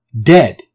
dead